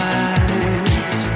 eyes